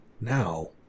now